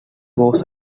was